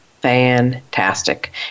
fantastic